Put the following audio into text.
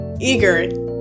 eager